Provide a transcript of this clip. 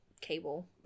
cable